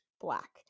black